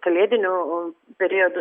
kalėdiniu periodu